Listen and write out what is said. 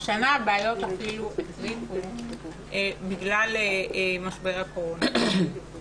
השנה הבעיות החריפו בגלל משבר הקורונה.